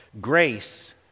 grace